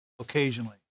occasionally